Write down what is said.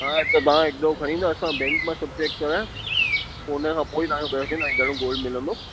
हा त तव्हां हिकु दफ़ो खणीं ईंदा असां बैंक मां सभु चेक कराए पोइ उन खां पोई तव्हांखे ॿुधाईंन्दासीं तव्हांखे घणो लोन मिलंदो